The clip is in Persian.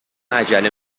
عجله